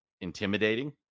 intimidating